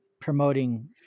promoting